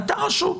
הייתה רשות.